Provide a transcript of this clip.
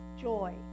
joy